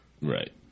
Right